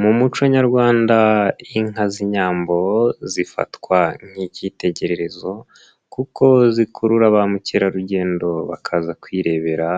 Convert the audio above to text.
Mu muco nyarwanda inka z'Inyambo zifatwa nk'ikitegererezo kuko zikurura ba mukerarugendo bakaza kwirebera